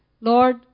Lord